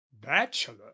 bachelor